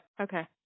okay